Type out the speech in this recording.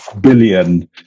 billion